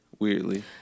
Weirdly